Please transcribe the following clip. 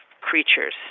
creatures